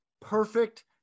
Perfect